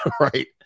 right